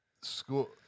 School